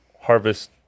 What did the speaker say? harvest